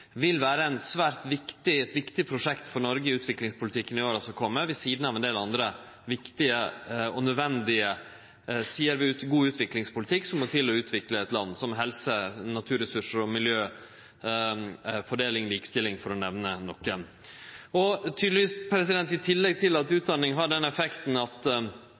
vil vere eit svært viktig prosjekt for Noreg i utviklingspolitikken i åra som kjem, ved sidan av ein del andre viktige og nødvendige sider ved god utviklingspolitikk som må til for å utvikle eit land, slik som helse, naturressursar, miljø, fordeling, likestilling, for å nemne nokre. I tillegg til at utdanning har den effekten at